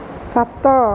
ସାତ